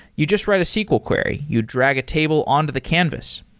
you just write a sql query. you drag a table on to the canvas.